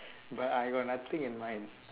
but I got nothing in mind